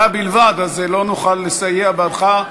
זו הודעה בלבד, אז לא נוכל לסייע בעדך.